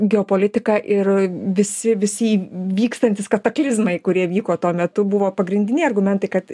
geopolitika ir visi visi vykstantys kataklizmai kurie vyko tuo metu buvo pagrindiniai argumentai kad